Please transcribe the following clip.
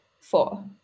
Four